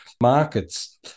markets